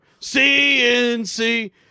CNC